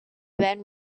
then